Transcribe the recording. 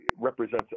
represents